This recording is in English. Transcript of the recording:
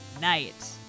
night